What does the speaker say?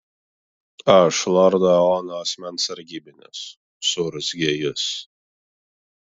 aš lordo eono asmens sargybinis suurzgė jis